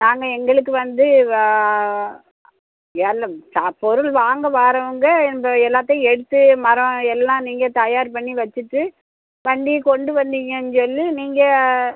நாங்கள் எங்களுக்கு வந்து வா ஏராளம் சா பொருள் வாங்க வாரவுங்க எங்கள் எல்லாத்தையும் எடுத்து மரம் எல்லாம் நீங்கள் தயார் பண்ணி வச்சிட்டு வண்டி கொண்டு வந்தீங்கன்னு சொல்லி நீங்கள்